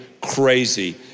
crazy